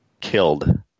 killed